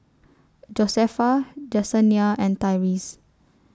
Josefa Jessenia and Tyrese